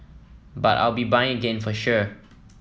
but I'll be buying again for sure